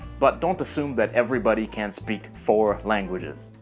but don't assume that everybody can speak four languages.